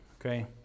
Okay